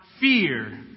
fear